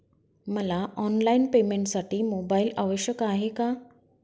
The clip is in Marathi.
मला ऑनलाईन पेमेंटसाठी मोबाईल आवश्यक आहे का?